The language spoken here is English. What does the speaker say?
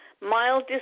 Mild